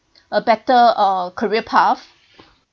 a better uh career path